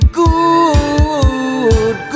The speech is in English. good